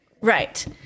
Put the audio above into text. Right